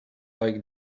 like